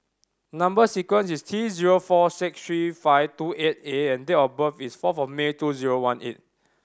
number sequence is T zero four six three five two eight A and date of birth is four of May two zero one eight